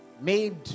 made